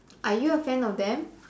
are you a fan of them